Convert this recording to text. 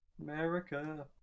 America